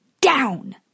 down